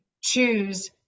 choose